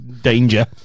danger